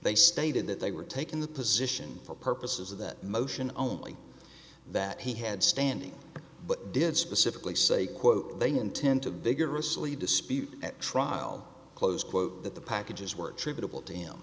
they stated that they were taking the position for purposes of that motion only that he had standing but did specifically say quote they intend to vigorously dispute at trial close quote that the packages were attributable to